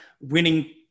winning